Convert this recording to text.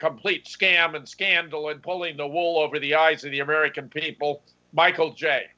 complete scam and scandal with pulling the wool over the eyes of the american people michael j